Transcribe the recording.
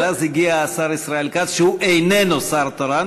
אבל אז הגיע השר ישראל כץ שהוא איננו שר תורן,